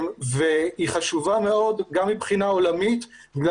היא חשובה מאוד גם מבחינה עולמית וגם